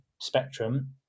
spectrum